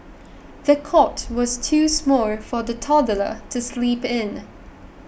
the cot was too small for the toddler to sleep in